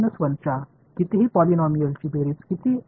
இது ஒரு பாலினாமியல் வரிசை N 1